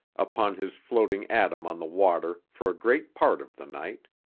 upon his floating atom on the water for a great part of the night.